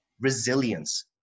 resilience